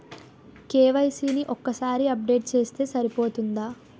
KYC ని ఒక్కసారి update చేస్తే సరిపోతుందా?